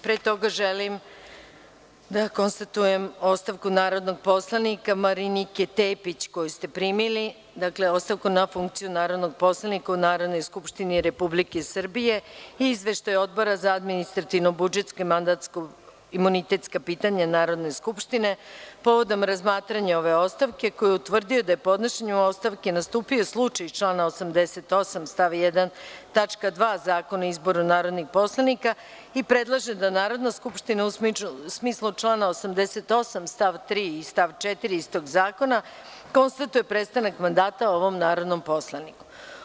Pre toga želim da konstatujem ostavku narodnog poslanika Marinike Tepić koju ste primili, ostavku na funkciju narodnog poslanika u Narodnoj skupštini Republike Srbije i izveštaj Odbora za administrativno-budžetska i mandatno-imunitetska pitanja Narodne skupštine povodom razmatranja ove ostavke, koji je utvrdio da je podnošenju ostavke nastupio slučaj iz člana 88. stav 1. tačka 2. Zakona o izboru narodnih poslanika i predlaže da Narodna skupština, u smislu člana 88. stav 3. i stav 4. istog zakona, konstatuje prestanak mandata ovom narodnom poslaniku.